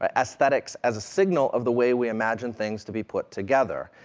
ah aesthetics as a signal of the way we imagine things to be put together.